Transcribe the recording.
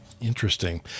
Interesting